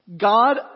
God